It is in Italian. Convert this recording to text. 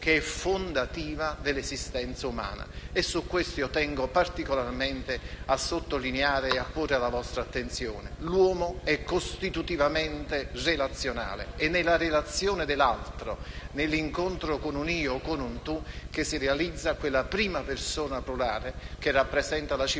fondativa dell'esistenza umana. Tengo particolarmente a sottolineare e a porre alla vostra attenzione il fatto che l'uomo è costitutivamente relazionale: è nella relazione dell'altro, nell'incontro con un io o con un tu che si realizza quella prima persona plurale che rappresenta la civiltà,